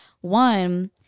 One